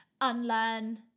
unlearn